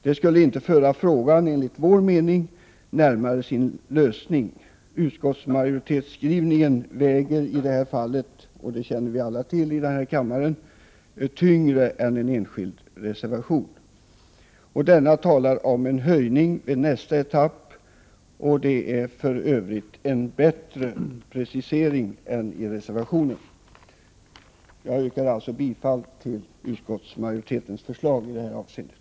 Det skulle, enligt vår mening, inte föra frågan närmare sin lösning. Utskottsmajoritetens skrivning väger i detta fall, och det känner vi alla till här i kammaren, tyngre än en enskild reservation. I utskottets skrivning talar man om en höjning vid nästa etapp, och det är för övrigt en bättre precisering än vad som framgår av reservationen. Jag yrkar bifall till utskottsmajoritetens förslag i det här avseendet.